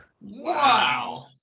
wow